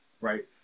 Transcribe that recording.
right